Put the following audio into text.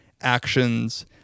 actions